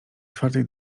czwartej